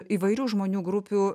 įvairių žmonių grupių